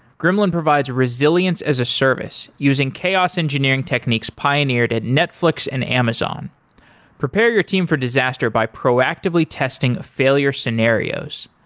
gremlin provides resilience as a service using chaos engineering techniques pioneered at netflix and amazon prepare your team for disaster by proactively testing failure scenarios.